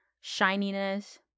shininess